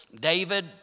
David